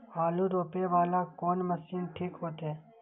आलू रोपे वाला कोन मशीन ठीक होते?